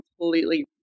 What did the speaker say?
completely